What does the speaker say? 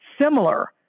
similar